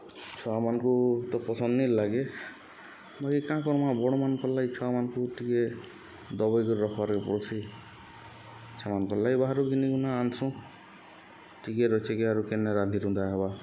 ଛୁଆମାନ୍କୁ ତ ପସନ୍ଦ୍ ନେଇ ଲାଗେ ବାକି କାଁ କର୍ମା ବଡ଼୍ମାନ୍କଲାଗି ଛୁଆମାନ୍କୁ ଟିକେ ଦବେଇକରି ରଖ୍ବାର୍କେ ପଡ଼୍ସି ଛୁଆମାନ୍କର୍ଲାଗି ବାହାରୁ ଘିନି ଘୁନା କରି ଆନ୍ସୁଁ ଟିକେ ରଚେକେ ଆରୁ କେନେ ରାନ୍ଧି ରୁନ୍ଧା ହେବା